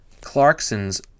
Clarkson's